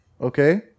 okay